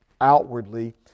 outwardly